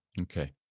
Okay